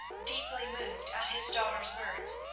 deeply moved at his daughter's words,